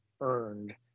earned